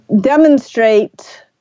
demonstrate